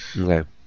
Okay